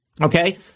okay